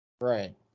Right